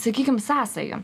sakykim sąsajų